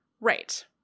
Right